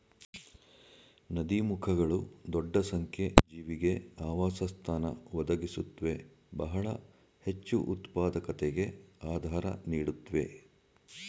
ನದೀಮುಖಗಳು ದೊಡ್ಡ ಸಂಖ್ಯೆ ಜೀವಿಗೆ ಆವಾಸಸ್ಥಾನ ಒದಗಿಸುತ್ವೆ ಬಹಳ ಹೆಚ್ಚುಉತ್ಪಾದಕತೆಗೆ ಆಧಾರ ನೀಡುತ್ವೆ